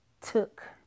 took